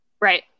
Right